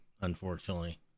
unfortunately